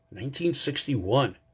1961